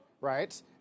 right